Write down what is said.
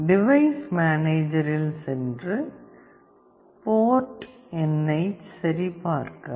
device மேனேஜரில் சென்று port எண்ணைச் சரிபார்க்கவும்